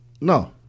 No